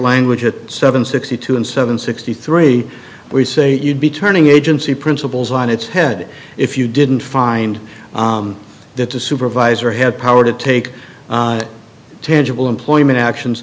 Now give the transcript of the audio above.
language at seven sixty two and seven sixty three we say you'd be turning agency principals on its head if you didn't find that the supervisor had power to take tangible employment actions